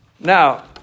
Now